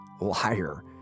liar